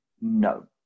No